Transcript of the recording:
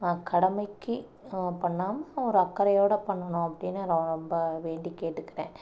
கடமைக்கு பண்ணாமல் ஒரு அக்கறையோடு பண்ணணும் அப்படின்னு நான் ரொம்ப வேண்டி கேட்டுக்கிறேன்